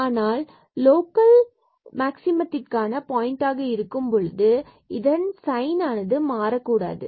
ஆனால் இது லோக்கல் மாற்றத்திற்கான பாயிண்ட் ஆக இருக்கும் பொழுது இதன் செயலானது மாறக்கூடாது